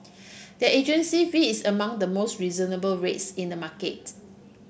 their agency fee is among the most reasonable rates in the market